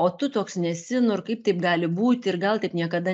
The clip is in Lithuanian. o tu toks nesi nu ir kaip taip gali būti ir gal taip niekada